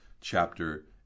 chapter